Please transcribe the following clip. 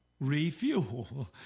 refuel